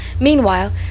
meanwhile